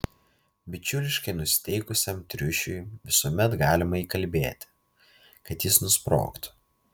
bičiuliškai nusiteikusiam triušiui visuomet galima įkalbėti kad jis nusprogtų